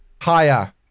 Higher